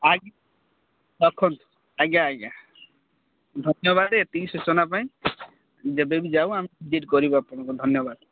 ଆଜ୍ଞା ରଖନ୍ତୁ ଆଜ୍ଞା ଆଜ୍ଞା ଧନ୍ୟବାଦ ଏତିକି ସୂଚନା ପାଇଁ ଯେବେବି ଯାଉ ଆମେ ଭିଜିଟ କରିବୁ ଆପଣଙ୍କୁ ଧନ୍ୟବାଦ